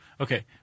Okay